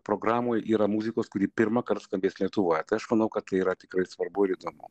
programoj yra muzikos kuri pirmąkart skambės lietuvoje tai aš manau kad tai yra tikrai svarbu ir įdomu